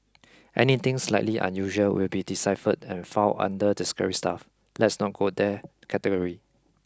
anything slightly unusual will be deciphered and fall under the scary stuff let's not go there category